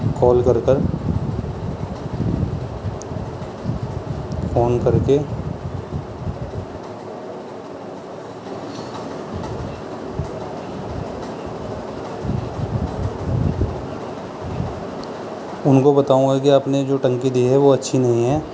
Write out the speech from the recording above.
کال کر کر فون کر کے ان کو بتاؤں گا کہ آپ نے جو ٹنکی دی ہے وہ اچھی نہیں ہے